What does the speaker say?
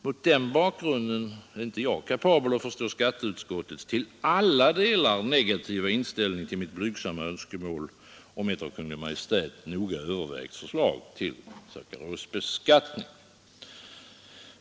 Mot den bakgrunden är jag inte kapabel att förstå skatteutskottets till alla delar negativa inställning till mitt blygsamma önskemål om ett av Kungl. Maj:t noga övervägt förslag till sackarosbeskattning.